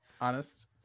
honest